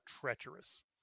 treacherous